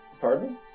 pardon